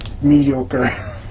mediocre